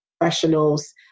professionals